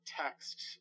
text